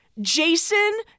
Jason